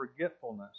forgetfulness